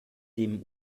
dem